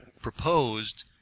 proposed